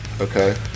okay